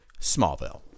smallville